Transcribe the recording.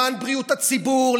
למען בריאות הציבור,